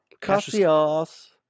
Cassius